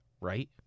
right